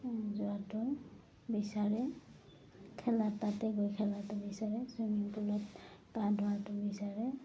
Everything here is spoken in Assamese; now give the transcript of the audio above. যোৱাটো বিচাৰে খেলা তাতে গৈ খেলাটো বিচাৰে চুইমিং পুলত গা ধোৱাটো বিচাৰে